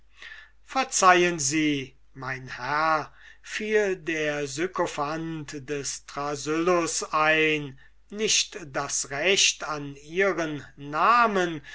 verzeihen sie mein herr fiel der sykophant des thrasyllus ein nicht das recht an ihren namen